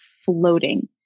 floating